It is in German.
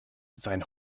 sein